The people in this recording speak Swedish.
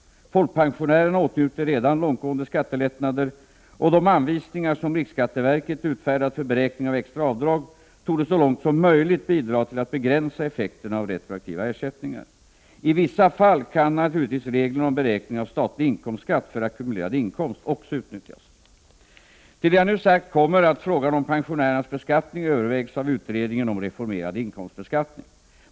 Folkpensionärerna åtnjuter redan långtgående skattelättnader, och de anvisningar som riksskatteverket utfärdat för beräkning av extra avdrag torde så långt som möjligt bidra till att begränsa effekterna av retroaktiva ersättningar. I vissa fall kan naturligtvis reglerna om beräkning av statlig inkomstskatt för ackumulerad inkomst också utnyttjas. Till det jag nu sagt kommer att frågan om pensionärernas beskattning övervägs av utredningen om reformerad inkomstbeskattning.